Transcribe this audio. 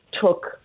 took